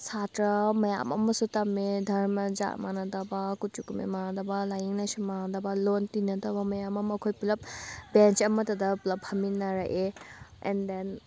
ꯁꯥꯇ꯭ꯔ ꯃꯌꯥꯝ ꯑꯃꯁꯨ ꯇꯝꯃꯦ ꯙꯔꯃ ꯖꯥꯠ ꯃꯥꯟꯅꯗꯕ ꯀꯨꯆꯨ ꯀꯨꯃꯦꯟ ꯃꯥꯟꯅꯗꯕ ꯂꯥꯏꯅꯤꯡ ꯂꯥꯏꯁꯣꯟ ꯃꯥꯟꯅꯗꯕ ꯂꯣꯟ ꯇꯤꯟꯅꯗꯕ ꯃꯌꯥꯝ ꯑꯃ ꯑꯩꯈꯣꯏ ꯄꯨꯜꯂꯞ ꯕꯦꯟꯁ ꯑꯃꯠꯇꯗ ꯄꯨꯜꯂꯞ ꯐꯝꯃꯤꯟꯅꯔꯛꯑꯦ ꯑꯦꯟ ꯗꯦꯟ